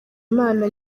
imana